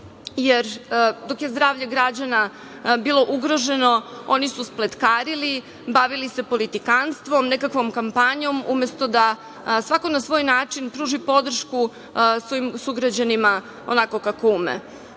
jer dok je zdravlje građana bilo ugroženo oni su spletkarili, bavili se politikanstvom, nekakvom kampanjom, umesto da svako na svoj način pruži podršku sugrađanima onako kako ume. Na